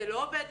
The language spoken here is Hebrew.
זה לא עובד.